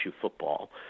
football